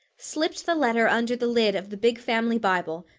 slipped the letter under the lid of the big family bible,